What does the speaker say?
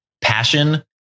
passion